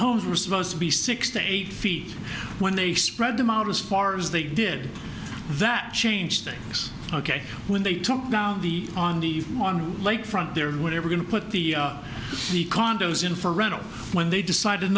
hose were supposed to be sixty eight feet when they spread them out as far as they did that changed things ok when they took down the on the on lake front there were never going to put the the condos in for rental when they decided